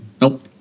Nope